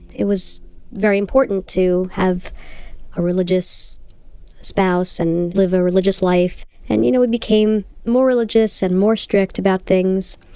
it was very important to have a religious spouse and live a religious life. and you know we became more religious, and more strict about things,